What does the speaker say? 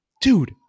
dude